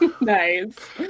nice